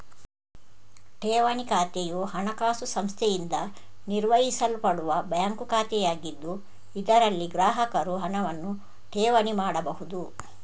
ಠೇವಣಿ ಖಾತೆಯು ಹಣಕಾಸು ಸಂಸ್ಥೆಯಿಂದ ನಿರ್ವಹಿಸಲ್ಪಡುವ ಬ್ಯಾಂಕ್ ಖಾತೆಯಾಗಿದ್ದು, ಇದರಲ್ಲಿ ಗ್ರಾಹಕರು ಹಣವನ್ನು ಠೇವಣಿ ಮಾಡಬಹುದು